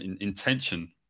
intention